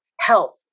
Health